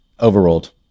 overruled